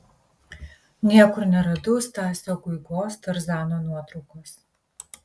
niekur neradau stasio guigos tarzano nuotraukos